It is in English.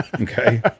Okay